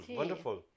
wonderful